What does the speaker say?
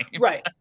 right